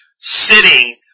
sitting